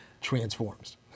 transforms